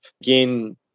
again